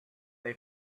they